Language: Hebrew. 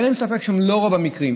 אין לי ספק שהן לא רוב המקרים,